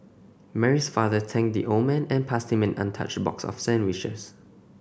Mary's father thanked the old man and passed him an untouched box of sandwiches